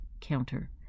counter